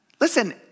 Listen